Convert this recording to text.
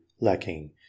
lacking